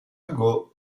hugo